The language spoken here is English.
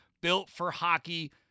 built-for-hockey